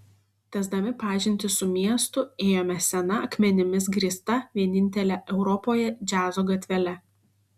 tęsdami pažintį su miestu ėjome sena akmenimis grįsta vienintele europoje džiazo gatvele